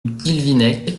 guilvinec